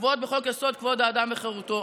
הקבועות בחוק-יסוד: כבוד האדם וחירותו.